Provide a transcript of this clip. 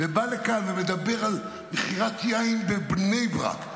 ובא לכאן ומדבר על מכירת יין בבני ברק,